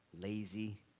lazy